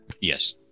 Yes